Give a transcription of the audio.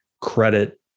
credit